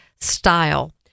style